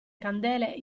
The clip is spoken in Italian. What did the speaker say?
candele